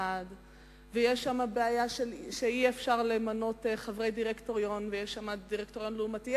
יש שם בעיה שאי-אפשר למנות חברי דירקטוריון ויש שם דירקטוריון לעומתי.